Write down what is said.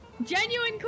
Genuine